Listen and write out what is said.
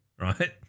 right